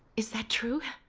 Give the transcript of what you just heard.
is that true?